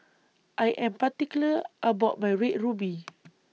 I Am particular about My Red Ruby